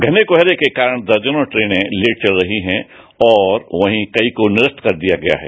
घने कोहरे के कारण दर्जनों ट्रेनें लेट चल रही हैं और कई को निरस्त कर दिया गया है